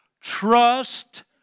Trust